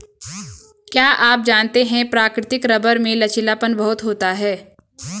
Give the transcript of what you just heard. क्या आप जानते है प्राकृतिक रबर में लचीलापन बहुत होता है?